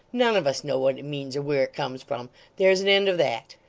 none of us know what it means, or where it comes from there's an end of that.